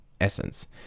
essence